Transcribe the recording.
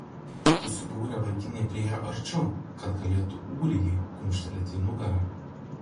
susibūrę vaikinai priėjo arčiau kad galėtų ūrijai kumštelėti į nugarą